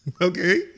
Okay